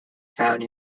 found